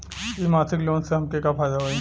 इ मासिक लोन से हमके का फायदा होई?